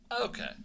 Okay